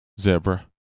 Zebra